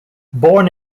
born